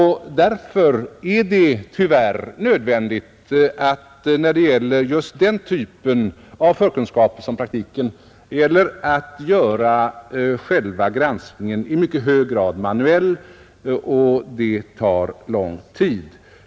Därför är det tyvärr nödvändigt att det när det gäller just den typ av förkunskaper som praktiken ger göra själva granskningen i mycket hög grad manuell, och det tar lång tid.